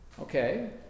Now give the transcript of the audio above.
Okay